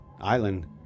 island